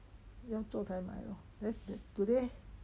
要做才买 lor then th~ today